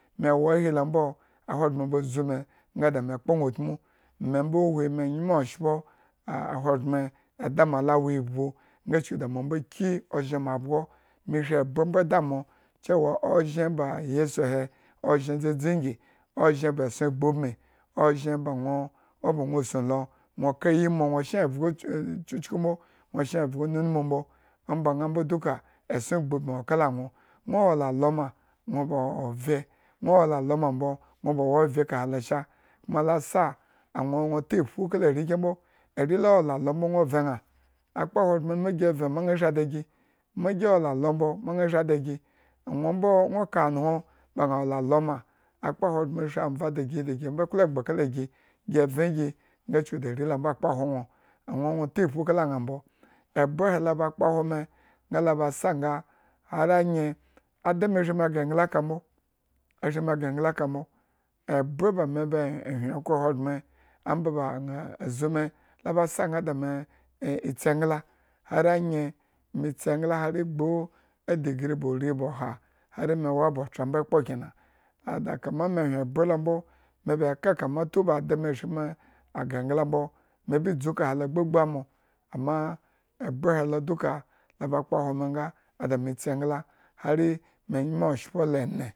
Me wo ohi ambo ahogbren ba bzu me nga da me kpo ña utmu me mbo me nymo oshpo a ahogbren nga da moa lawo ivbu nga chuku da mo mbo da mo cewa ozhen ba eyesuhe ozhenozhen ba dzadzi ngi, ozhen ba nwo owo ba nwo usun lo nwo ka ayimoh lo nwo shen evgo nunmu mbo oba ñaa mbo dukua esson gbu ubmi awo kala nwo omba ñaa nwo wola alo ma nwo gba ov ye, nwo wola alo ma mbo ba wo ovye kahe lo sha kuma ya sa anwo ata iphu kala arekyen mbo are la awo la mbo nwo vren ña akpa ahogbren lu ma gi e vren ma mo ashri da gi, iwola lo mbo ma aña shri da gi nwo mbo nwo ka añon awo la aloma akpa ahogbren shri avan da gi da gi klo egba kalagi, gi vren egi nga chuku da are lo mbo akpohwo nwo, ama nwo ota iphu kala ña mbo ebye he la ba kpohwo me nga la ba sa nga harti anye he adime shri me gre engla aka mbo ashri me gre engla ka mbo ebye ba me be hyen okhro ahogbren amba ña zu me, hari ganga da me e etsi engla hari anye he, me tsi engla hari gb u edigree ba ori, ba oha, hari mewo aba otra mbo ekpo kena ada kamma me ehyen ebyen lo mbo me ba eka kama tun ba ademe shri me gre engla mbo me ba dzu ekahe lo gbagbuamo, amma ebye he lo duka aba kpohwo me nga ada me etsi engla hari ada me e nymo oshopo la eñe